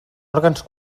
òrgans